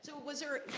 was there,